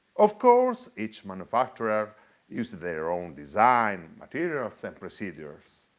of course each manufacturer used their own design, materials and procedures.